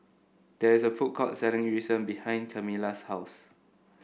there is a food court selling Yu Sheng behind Camila's house